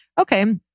okay